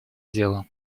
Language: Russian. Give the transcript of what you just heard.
дело